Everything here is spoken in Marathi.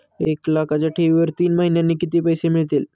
एक लाखाच्या ठेवीवर तीन महिन्यांनी किती पैसे मिळतील?